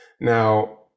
Now